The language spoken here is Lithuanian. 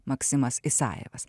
maksimas isajevas